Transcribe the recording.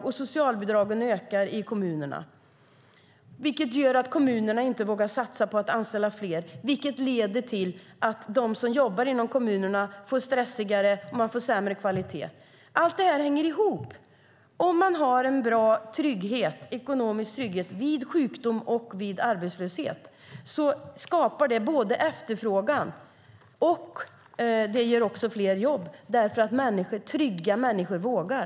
Då ökar i sin tur socialbidragen i kommunerna, vilket gör att kommunerna inte vågar satsa på att anställa fler, och det leder till att de som jobbar inom kommunerna får det stressigare och kvaliteten blir sämre. Allt det hänger ihop. Bra ekonomisk trygghet vid sjukdom och arbetslöshet skapar både efterfrågan och ger fler jobb, därför att trygga människor vågar.